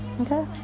Okay